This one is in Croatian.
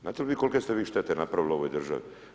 Znate li vi kolike ste vi štete napravili ovoj državi?